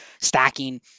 stacking